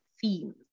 themes